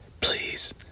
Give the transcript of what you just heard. Please